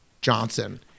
Johnson